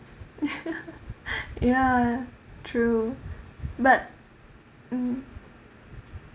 ya true but mm